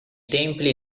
templi